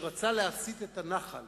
שרצה להסיט את הנחל